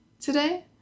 today